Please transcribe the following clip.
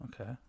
Okay